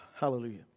Hallelujah